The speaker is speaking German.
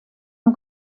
nur